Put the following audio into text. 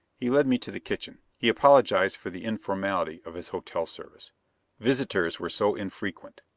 he led me to the kitchen. he apologized for the informality of his hotel service visitors were so infrequent.